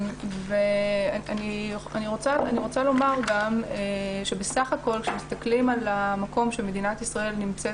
אני רוצה לומר גם שבסך הכול כשמסתכלים על המקום שמדינת ישראל נמצאת